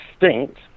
extinct